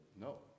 no